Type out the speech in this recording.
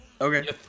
Okay